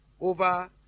over